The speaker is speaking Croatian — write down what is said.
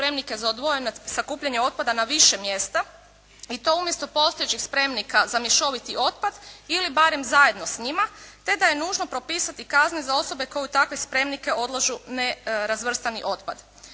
za odvojeno sakupljanje otpada na više mjesta i to umjesto postojećih spremnika za mješoviti otpad ili barem zajedno s njima te da je nužno propisati kazne za osobe koje u takve spremnike odlažu nerazvrstani otpad.